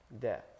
death